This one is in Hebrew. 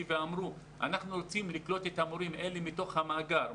ואמרו שהם רוצים לקלוט את המורים האלה מתוך המאגר.